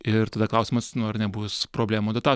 ir tada klausimas nu ar nebus problemų adapta